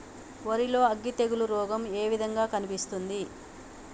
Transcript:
వరి లో అగ్గి తెగులు రోగం ఏ విధంగా కనిపిస్తుంది?